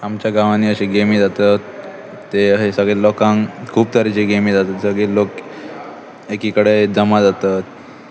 आमच्या गांवांनी अशे गेमी जातात ते अशे सगले लोकांक खूब तरेची गेमी जातात सगळेच लोक एकी कडेन जमा जातात